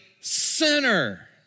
sinner